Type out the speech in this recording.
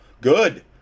good